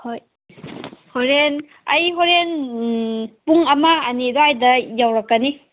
ꯍꯣꯏ ꯍꯣꯔꯦꯟ ꯑꯩ ꯍꯣꯔꯦꯟ ꯄꯨꯡ ꯑꯃ ꯑꯅꯤ ꯑꯗꯨꯋꯥꯏꯗ ꯌꯧꯔꯛꯀꯅꯤ